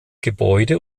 gebäude